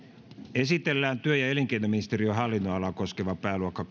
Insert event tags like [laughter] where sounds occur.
esitellään työ ja elinkeinoministeriön hallinnonalaa koskeva pääluokka [unintelligible]